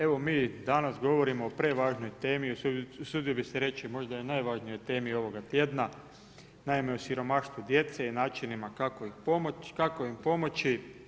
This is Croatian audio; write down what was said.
Evo mi danas govorimo o prevažnoj temi, usudio bih se reći možda i najvažnijoj temi ovoga tjedna, naime o siromaštvu djece i načinima kako im pomoći.